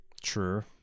True